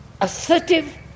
assertive